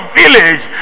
village